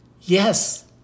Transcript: Yes